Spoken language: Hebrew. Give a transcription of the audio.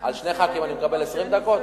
על שני ח"כים אני מקבל 20 דקות?